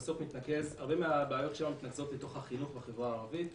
הרבה מהבעיות שלנו מתנקזות לתוך החינוך בחברה הערבית.